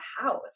house